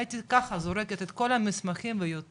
הייתי ככה זורקת את כל המסמכים ויוצאת,